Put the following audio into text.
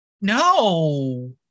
no